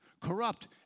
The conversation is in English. corrupt